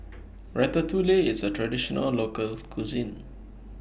Ratatouille IS A Traditional Local Cuisine